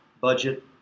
budget